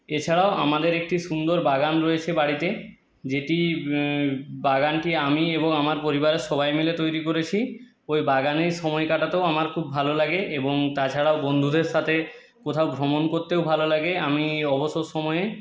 এছাড়াও আমাদের একটি সুন্দর বাগান রয়েছে বাড়িতে যেটি বাগানটি আমি এবং আমার পরিবারের সবাই মিলে তৈরি করেছি ওই বাগানেই সময় কাটাতেও আমার খুব ভালো লাগে এবং তাছাড়াও বন্ধুদের সাথে কোথাও ভ্রমণ করতেও ভালো লাগে আমি অবসর সময়ে